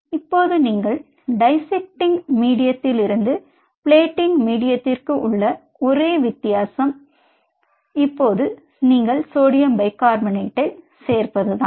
இப்போது நீங்கள் டைசெக்ட்டிங் மீடியத்திலிருந்து பிளேட்டிங் மீடியத்திற்கு உள்ள ஒரே வித்தியாசம் இப்போது நீங்கள் சோடியம் பைகார்பனேட்டை சேர்ப்பதுதான்